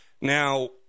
Now